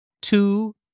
Two